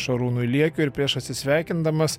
šarūnui liekiui ir prieš atsisveikindamas